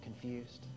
confused